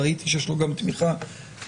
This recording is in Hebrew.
ראיתי שיש לו גם תמיכה מהאופוזיציה.